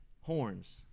horns